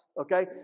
okay